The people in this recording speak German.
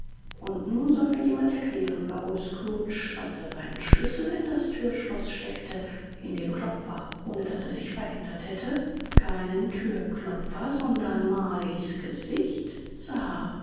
und nun soll mir jemand erklären warum scrooge als er seinen schlüssel in das thürschloß steckte in dem klopfer ohne daß er sich verändert hätte keinen thürklopfer sondern marleys gesicht sah